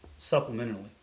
supplementarily